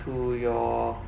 to your